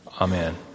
Amen